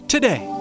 Today